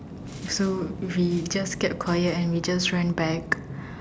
so we just kept quiet and we just ran back